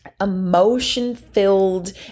emotion-filled